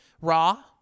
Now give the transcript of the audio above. raw